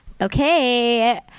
Okay